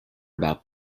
about